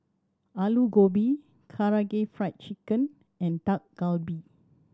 Alu Gobi Karaage Fried Chicken and Dak Galbi